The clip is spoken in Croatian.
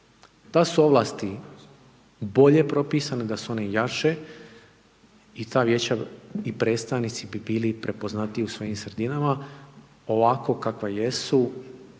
Da su ovlasti bolje propisane, da su one jače i ta vijeća i predstavnici bi bili prepoznatljivi u svojim sredinama, ovako kakva jesu